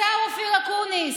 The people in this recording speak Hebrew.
השר אופיר אקוניס.